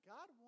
God